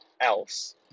else